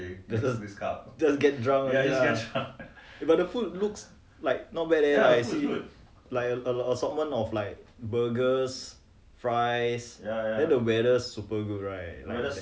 真的是 get drunk but the food look like not bad eh like I see like err assortment of like burgers fries then the weather super good right like there